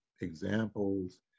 examples